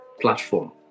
platform